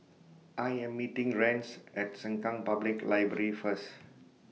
I Am meeting Rance At Sengkang Public Library First